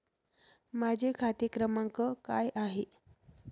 माझा खाते क्रमांक काय आहे?